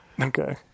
Okay